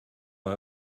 war